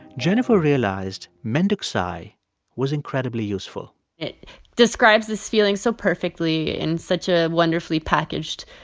jennifer realized mendokusai was incredibly useful it describes this feeling so perfectly in such a wonderfully packaged,